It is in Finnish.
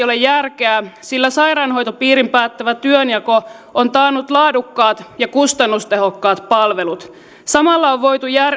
ole järkeä sillä sairaanhoitopiirin päättävä työnjako on taannut laadukkaat ja kustannustehokkaat palvelut samalla on voitu